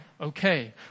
okay